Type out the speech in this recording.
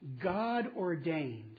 God-ordained